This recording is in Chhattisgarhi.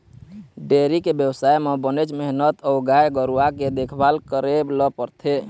डेयरी के बेवसाय म बनेच मेहनत अउ गाय गरूवा के देखभाल करे ल परथे